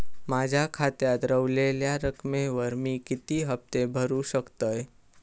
माझ्या खात्यात रव्हलेल्या रकमेवर मी किती हफ्ते भरू शकतय?